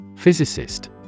Physicist